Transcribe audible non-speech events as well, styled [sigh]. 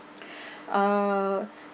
[breath] uh